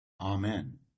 Amen